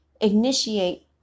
initiate